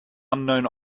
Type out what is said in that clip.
unknown